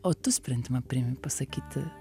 o tu sprendimą priimi pasakyti